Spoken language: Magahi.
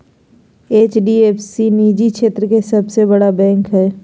एच.डी.एफ सी निजी क्षेत्र के सबसे बड़ा बैंक हय